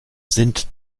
sind